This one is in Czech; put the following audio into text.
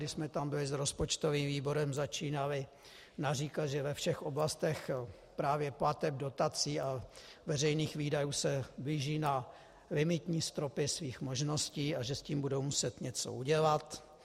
Když jsme tam byli s rozpočtovým výborem, začínali naříkat, že ve všech oblastech právě plateb, dotací a veřejných výdajů se blíží na limitní stropy svých možností a že s tím budou muset něco udělat.